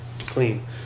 clean